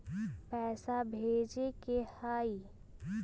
पैसा भेजे के हाइ?